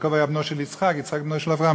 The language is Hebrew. יעקב היה בנו של יצחק, יצחק היה בנו של אברהם.